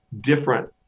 different